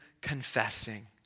confessing